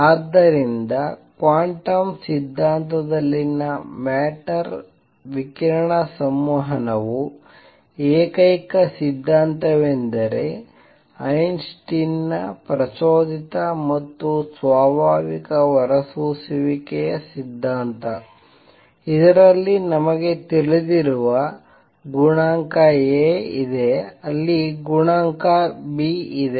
ಆದ್ದರಿಂದ ಕ್ವಾಂಟಮ್ ಸಿದ್ಧಾಂತದಲ್ಲಿನ ಮ್ಯಾಟರ್ ವಿಕಿರಣ ಸಂವಹನವು ಏಕೈಕ ಸಿದ್ಧಾಂತವೆಂದರೆ ಐನ್ಸ್ಟೈನ್ ನ ಪ್ರಚೋದಿತ ಮತ್ತು ಸ್ವಾಭಾವಿಕ ಹೊರಸೂಸುವಿಕೆಯ ಸಿದ್ಧಾಂತ ಇದರಲ್ಲಿ ನಮಗೆ ತಿಳಿದಿರುವ ಗುಣಾಂಕ a ಇದೆ ಅಲ್ಲಿ ಗುಣಾಂಕ b ಇದೆ